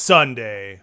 Sunday